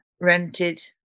rented